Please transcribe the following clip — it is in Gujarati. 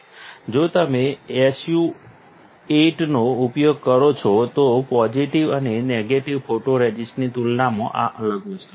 જો તમે SU8 નો ઉપયોગ કરો છો તો પોઝિટિવ અને નેગેટિવ ફોટોરઝિસ્ટની તુલનામાં આ અલગ વસ્તુ છે